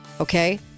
Okay